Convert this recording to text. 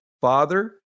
father